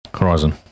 Horizon